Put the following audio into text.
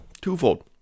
Twofold